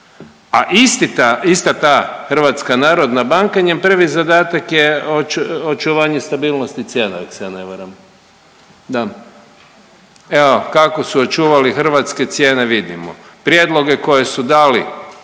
a ista ta hrvatska narodna banka njen prvi zadatak je očuvanje stabilnosti cijena ako se ja ne varam, da. Evo kako su očuvali hrvatske cijene vidimo. Prijedloge koje su dali